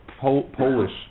Polish